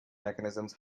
mechanisms